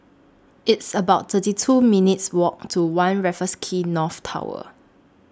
It's about thirty two minutes Walk to one Raffles Quay North Tower